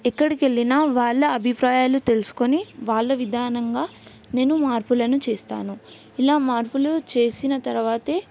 ఎక్కడికి వెళ్ళినా వాళ్ళ అభిప్రాయాలు తెలుసుకొని వాళ్ళ విధానంగా నేను మార్పులను చేస్తాను ఇలా మార్పులు చేసిన తర్వాతే